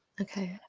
Okay